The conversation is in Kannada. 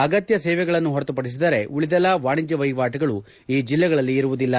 ಅಗತ್ಯ ಸೇವೆಗಳು ಹೊರತುಪಡಿಸಿದರೆ ಉಳಿದೆಲ್ಲ ವಾಣಿಜ್ಞ ವಹಿವಾಟುಗಳು ಈ ಜಿಲ್ಲೆಗಳಲ್ಲಿ ಇರುವುದಿಲ್ಲ